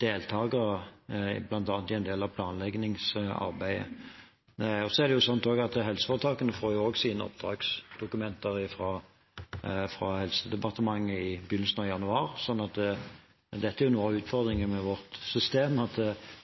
deltakere, bl.a. i en del av planleggingsarbeidet. Så får helseforetakene sine oppdragsdokumenter fra Helsedepartementet i begynnelsen av januar. Dette er noe av utfordringen med vårt system, at